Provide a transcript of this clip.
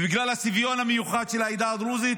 בגלל הצביון המיוחד של העדה הדרוזית